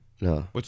No